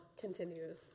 continues